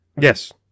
Yes